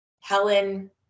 Helen